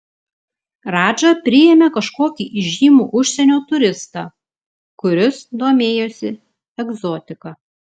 radža priėmė kažkokį įžymų užsienio turistą kuris domėjosi egzotika